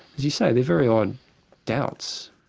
as you say, they're very odd doubts.